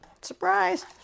surprise